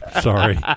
sorry